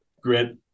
great